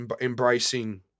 embracing